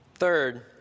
Third